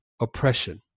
oppression